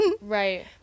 right